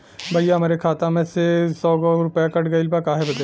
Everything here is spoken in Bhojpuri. भईया हमरे खाता मे से सौ गो रूपया कट गइल बा काहे बदे?